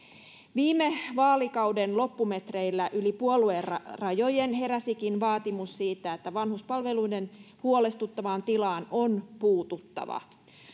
viime vaalikauden loppumetreillä yli puoluerajojen heräsikin vaatimus siitä että vanhuspalveluiden huolestuttavaan tilaan on puututtava